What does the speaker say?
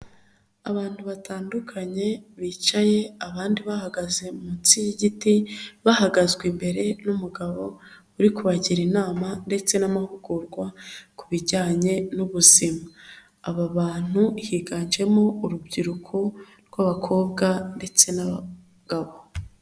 Abantu batandukanye bicaye abandi bahagaze munsi y'igiti bahagazwe imbere n'umugabo uri kubagira inama ndetse n'amahugurwa ku bijyanye n'ubuzima. Aba bantu higanjemo urubyiruko rw'abakobwa ndetse n'abagabo.